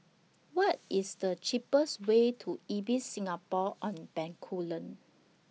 What IS The cheapest Way to Ibis Singapore on Bencoolen